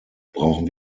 brauchen